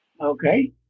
Okay